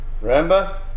remember